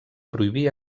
prohibir